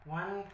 one